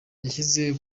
yashyize